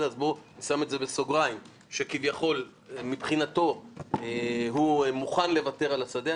אז אני שם את זה בסוגריים שכביכול מבחינתו הוא מוכן לוותר על השדה.